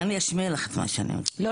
אני אשמיע לך את מה שאני מכירה.